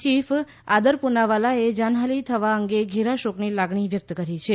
chief Adar પૂનાવાલાએ જાનહાની થવા અંગે ઘેરા શોકની લાગણી વ્યક્ત કરી છે